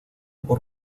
por